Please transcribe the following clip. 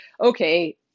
okay